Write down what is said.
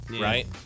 right